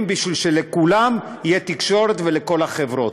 בשביל שלכולם תהיה תקשורת לכל החברות.